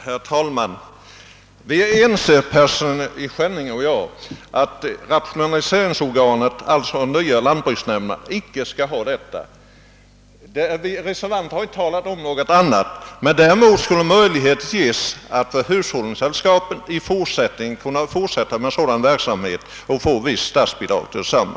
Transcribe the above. Herr talman! Vi är ense, herr Persson i Skänninge och jag, om att rationaliseringsorganet — alltså de nya lantbruksnämnderna — icke skall handha denna verksamhet. Reservanterna har inte talat om något annat. Däremot skulle möjlighet ges för hushållningssällskapen att fortsätta med sådan verksamhet och få visst statsbidrag till densamma.